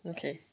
Okay